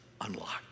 unlocked